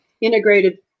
integrated